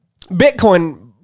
Bitcoin